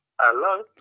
Hello